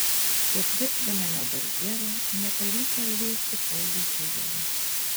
ketvirtfinalio barjero nepavyko įveikti pauliui zujevui